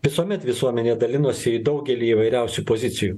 visuomet visuomenė dalinosi į daugelį įvairiausių pozicijų